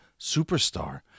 superstar